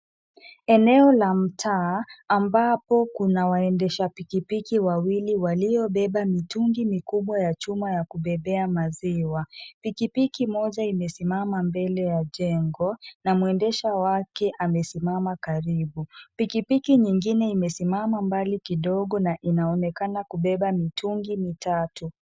Eneo la mtaa ambapo kuna waendesha pikipiki wawili, waliobeba mitungi mikubwa ya chuma ya kubebea maziwa. Pikipiki moja imesimama mbele ya jengo na mwendesha wake amesimama karibu. Pikipiki nyingine imesimama mbali kidogo na inaonekana kubeba mitungi mitatu.